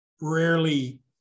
rarely